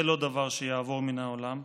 זה לא דבר שיעבור מן העולם.